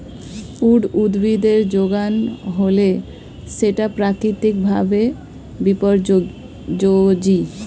weed উদ্ভিদের যোগান হলে সেটা প্রাকৃতিক ভাবে বিপর্যোজী